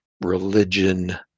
religion